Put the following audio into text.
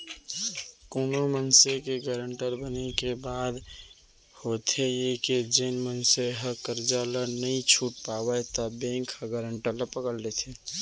कोनो मनसे के गारंटर बने के बाद होथे ये के जेन मनसे ह करजा ल नइ छूट पावय त बेंक ह गारंटर ल पकड़थे